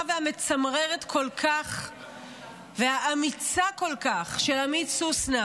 והמצמררת כל כך והאמיצה כל כך של עמית סוסנה,